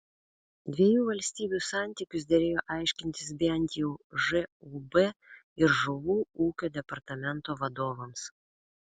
dviejų valstybių santykius derėjo aiškintis bent jau žūb ir žuvų ūkio departamento vadovams